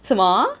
什么